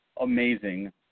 amazing